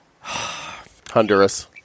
Honduras